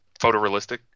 photorealistic